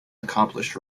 accomplished